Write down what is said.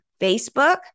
Facebook